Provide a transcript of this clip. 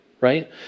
right